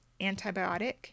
antibiotic